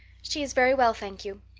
she is very well, thank you.